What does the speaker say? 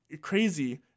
crazy